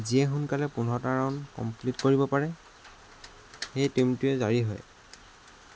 যিয়ে সোনকালে পোন্ধৰটা ৰাউণ্ড কমপ্লিট কৰিব পাৰে সেই টীমটোৱে জয়ী হয়